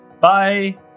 bye